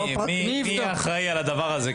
מי יהיה אחראי על הדבר הזה?